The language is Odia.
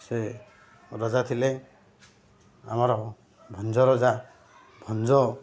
ସେ ରଜା ଥିଲେ ଆମର ଭଞ୍ଜ ରଜା ଭଞ୍ଜ